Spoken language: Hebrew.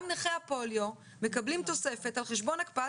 גם נכי הפוליו מקבלים תוספת על חשבון הקפאת